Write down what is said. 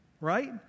right